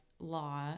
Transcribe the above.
Law